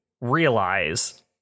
realize